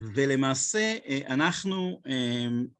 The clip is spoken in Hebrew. ולמעשה אנחנו